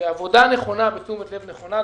ועבודה נכונה ותשומת לב נכונה,